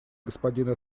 господина